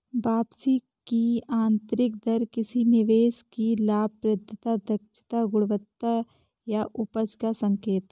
वापसी की आंतरिक दर किसी निवेश की लाभप्रदता, दक्षता, गुणवत्ता या उपज का संकेत है